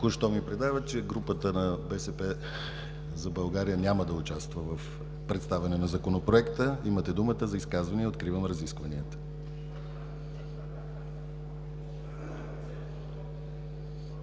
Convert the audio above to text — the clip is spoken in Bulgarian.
Току-що ми предават, че групата на „БСП за България“ няма да участва в представяне на Законопроекта. Имате думата за изказвания. Откривам разискванията.